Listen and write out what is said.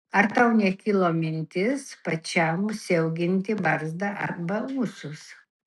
ar tau nekilo mintis pačiam užsiauginti barzdą arba ūsus